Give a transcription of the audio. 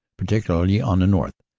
particularly on the north,